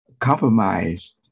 Compromise